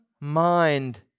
mind